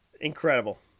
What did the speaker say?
Incredible